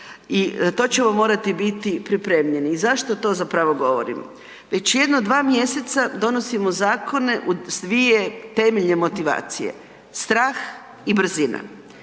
I to ćemo morati biti pripremljeni. Zašto to zapravo govorim? Već jedno dva mjeseca donosimo zakone s dvije temeljne motivacije, strah i brzina.